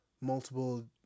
multiple